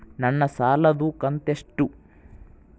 ನನ್ನ ಸಾಲದು ಕಂತ್ಯಷ್ಟು?